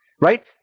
Right